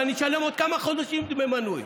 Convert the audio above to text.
ואני אשלם עוד כמה חודשים דמי מנוי.